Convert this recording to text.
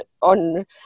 on